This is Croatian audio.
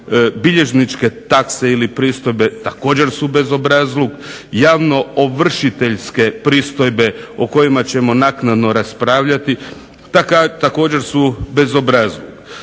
Bilježničke takse ili pristojbe također su bezobrazluk. Javnoovršiteljske pristojbe o kojima ćemo naknadno raspravljati također su bezobrazluk.